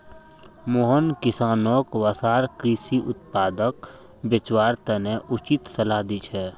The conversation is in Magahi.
मोहन किसानोंक वसार कृषि उत्पादक बेचवार तने उचित सलाह दी छे